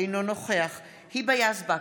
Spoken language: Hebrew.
אינו נוכח היבה יזבק,